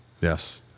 Yes